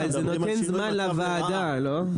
אבל זה נותן זמן לוועדה לא?